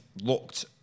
looked